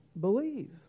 believe